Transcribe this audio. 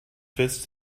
fist